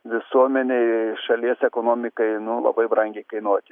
visuomenei šalies ekonomikai nu labai brangiai kainuoti